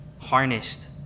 harnessed